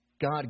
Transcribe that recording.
God